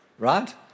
Right